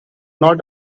not